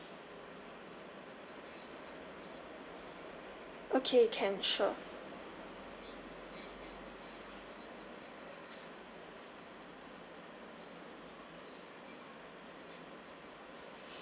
okay can sure